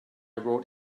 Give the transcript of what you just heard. wrote